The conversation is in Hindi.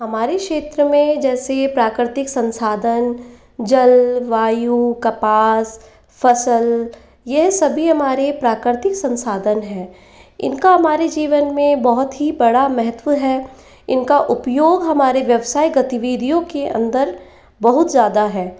हमारे क्षेत्र में जैसे प्राकृतिक संसाधन जल वायु कपास फसल यह सभी हमारे प्राकृतिक संसाधन हैं इनका हमारे जीवन में बहुत ही बड़ा महत्व है इनका उपयोग हमारे व्यावसायिक गतिविधियों के अंदर बहुत ज़्यादा है